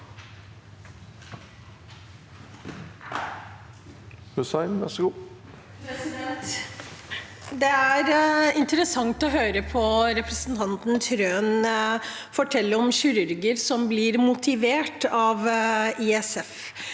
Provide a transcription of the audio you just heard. Det er interessant å høre representanten Trøen fortelle om kirurger som blir motivert av